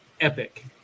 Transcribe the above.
epic